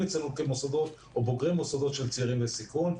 במוסדות או בוגרי מוסדות של צעירים בסיכון.